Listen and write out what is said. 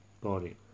body